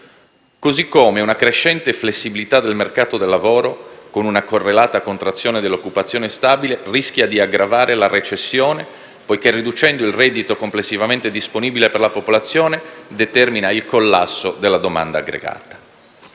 Così come una crescente flessibilità del mercato del lavoro, con una correlata contrazione dell'occupazione stabile, rischia di aggravare la recessione poiché, riducendo il reddito complessivamente disponibile per la popolazione, determina il collasso della domanda aggregata.